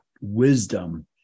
Wisdom